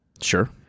Sure